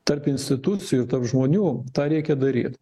tarp institucijų tarp žmonių tą reikia daryt